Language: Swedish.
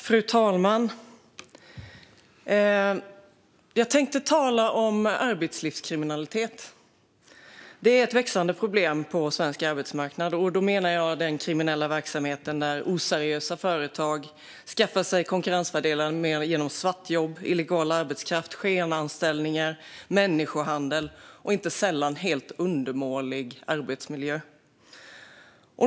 Fru talman! Jag tänkte tala om arbetslivkriminalitet. Det är ett växande problem på svensk arbetsmarknad, och då menar jag den kriminella verksamhet där oseriösa företag skaffar sig konkurrensfördelar genom svartjobb, illegal arbetskraft, skenanställningar, människohandel och inte sällan helt undermålig arbetsmiljö.